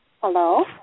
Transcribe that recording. Hello